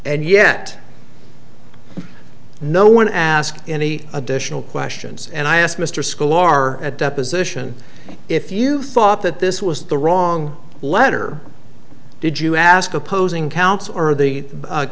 and yet no one asked any additional questions and i asked mr school are at deposition if you thought that this was the wrong letter did you ask opposing counsel or